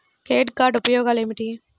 Credit card ఉపయోగాలు ఏమిటి?